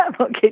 okay